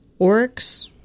orcs